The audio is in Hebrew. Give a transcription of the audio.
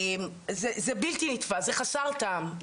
זה בלתי נתפס, זה חסר טעם.